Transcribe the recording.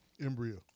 Embryo